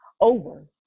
over